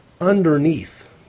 underneath